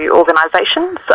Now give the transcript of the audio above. organisations